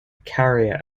carrier